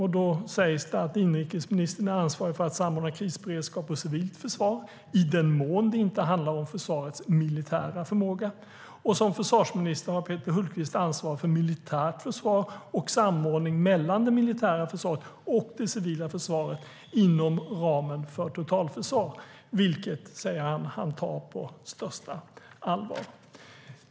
Han sa att inrikesministern har ansvar för att organisera krisberedskap och civilt försvar, i den mån det inte handlar om försvarets militära förmåga, och att han som försvarsminister har ansvar för militärt försvar och samordning mellan det militära försvaret och det civila försvaret inom ramen för totalförsvar, vilket han säger att han tar på största allvar.